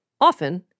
Often